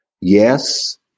Yes